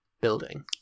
building